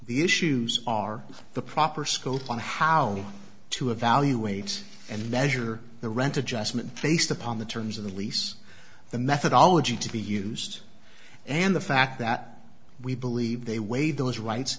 the issues are the proper scope on how to evaluate and measure the rent adjustment based upon the terms of the lease the methodology to be used and the fact that we believe they waive those rights